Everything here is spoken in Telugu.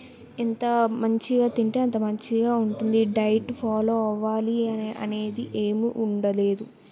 ఎంత మంచిగా తింటే అంత మంచిగా ఉంటుంది ఈ డైట్ ఫాలో అవ్వాలి అని అనేది ఏమీ ఉండలేదు